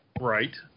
Right